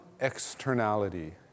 externality